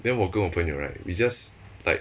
then 我跟我朋友 right we just like